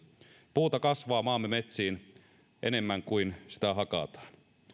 puuta kasvaa maamme metsiin enemmän kuin sitä hakataan